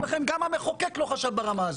גם המחוקק לא חשב ברמה הזאת.